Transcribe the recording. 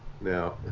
now